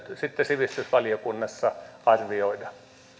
sitten sivistysvaliokunnassa arvioida